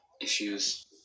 issues